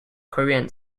korean